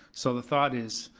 so the thought is,